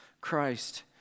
Christ